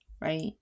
right